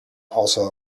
also